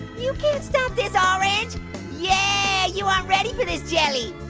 you can't stop this, orange! yeah you aren't ready for this jelly.